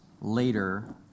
later